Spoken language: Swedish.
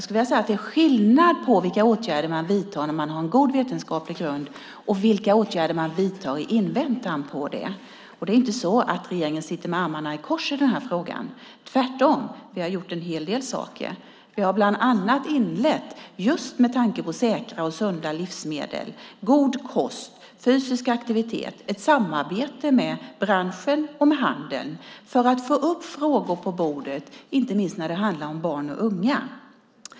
Det är skillnad på vilka åtgärder man vidtar när man har en god vetenskaplig grund och vilka åtgärder man vidtar i väntan på det. Det är inte så att regeringen sitter med armarna i kors i den här frågan. Vi har tvärtom gjort en hel del saker. Vi har bland annat inlett, just med tanke på säkra och sunda livsmedel, god kost och fysisk aktivitet, ett samarbete med branschen och handeln för att få upp frågor på bordet inte minst när det handlar om barn och unga.